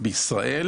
הסיכוי בישראל